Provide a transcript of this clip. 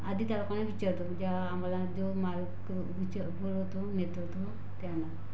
आधी त्या लोकांना विचारतो जो आम्हाला जो मालक पुरवताे नेतो तो त्याला